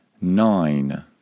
nine